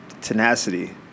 tenacity